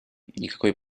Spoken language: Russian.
никакой